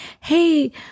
hey